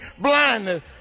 blindness